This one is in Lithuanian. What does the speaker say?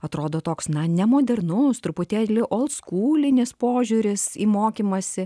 atrodo toks na nemodernus truputėlį oldskūlinis požiūris į mokymąsi